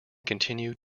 continued